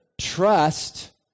Trust